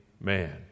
man